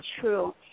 true